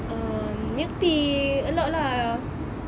um milk tea a lot lah